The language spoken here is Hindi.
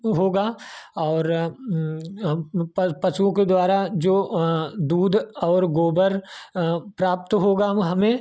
होगा और हम पशुओं के द्वारा जो दूध और गोबर प्राप्त होगा वह हमें